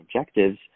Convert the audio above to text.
objectives